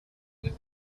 would